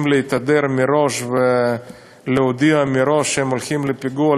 להתהדר מראש ולהודיע מראש שהם הולכים לפיגוע,